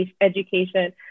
education